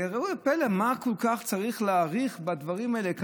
וראו זה פלא, מה כל כך צריך להאריך בדברים האלה?